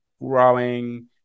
growing